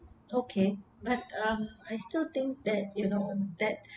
okay but um I still think that you know that